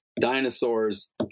dinosaurs